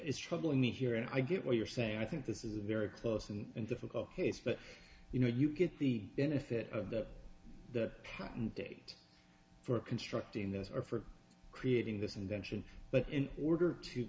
what is troubling me here and i get what you're saying i think this is a very close and difficult case but you know you get the benefit of the patent date for constructing those or for creating this invention but in order to